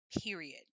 period